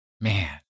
Man